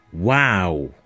Wow